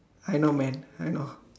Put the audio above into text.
I know man I know